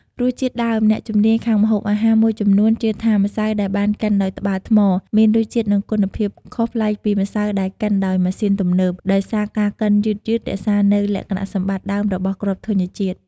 រសជាតិដើម អ្នកជំនាញខាងម្ហូបអាហារមួយចំនួនជឿថា ម្សៅដែលបានកិនដោយត្បាល់ថ្ម មានរសជាតិ និងគុណភាពខុសប្លែកពីម្សៅដែលកិនដោយម៉ាស៊ីនទំនើប ដោយសារការកិនយឺតៗរក្សានូវលក្ខណៈសម្បត្តិដើមរបស់គ្រាប់ធញ្ញជាតិ។